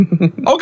Okay